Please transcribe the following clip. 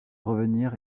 revenir